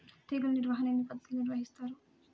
తెగులు నిర్వాహణ ఎన్ని పద్ధతులలో నిర్వహిస్తారు?